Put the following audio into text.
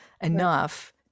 enough